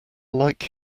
like